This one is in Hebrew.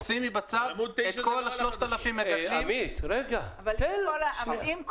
שימי בצד את כל ה-3,000 מגדלים - זה לא קשור.